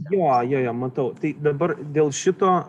jo jo jo matau tai dabar dėl šito